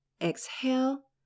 Exhale